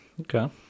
Okay